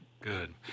good